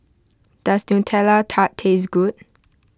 does Nutella Tart taste good